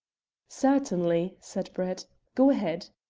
certainly, said brett go ahead.